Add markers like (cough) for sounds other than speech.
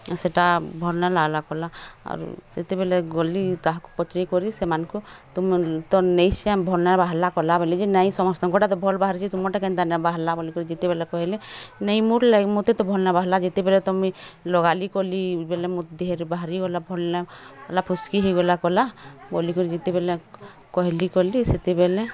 ସେଟା ଭଲ ନ ଲାଗିଲା ପଡ଼ା ଆରୁ (unintelligible) ସେତେବେଲେ ଗଲି ତାହାକୁ ପଟରି କରି ସେମାନଙ୍କୁ ତୁମେ ତ ନେଇ ସେ ଭଣ୍ଡା ହାବାରିଲା ବୋଲି ନାଇ ସମସ୍ତଙ୍କର ଭଲ୍ ବାହାରିିଛି ତୁମଟା କେନ୍ତା ନ ବାହାରିଲା ବୋଲି ଯେତେବେଲେ କହିଲେ ନାଇ ମୁଁ (unintelligible) ମତେ ତ ଭଲ ନ ବାହାରିଲା ଯେତେବେଲେ ମୁଁ ଲଗା ଲଗି କଲି ବୋଲେ ମୋ ଦେହରେ ବାହାରି ଗଲା ଫଲିଲା ଫୁସ୍କି ହେଇ ଗଲା କଲା ବୋଲି କରି ଯେତେବେଲେ କହିଲି ଗଲି ସେତେବେଲେ